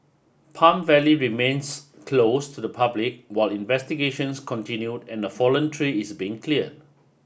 Palm Valley remains closed to the public while investigations continue and the fallen tree is being cleared